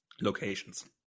locations